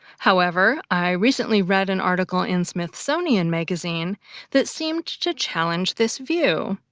however, i recently read an article in smithsonian magazine that seemed to challenge this view.